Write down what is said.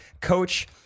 coach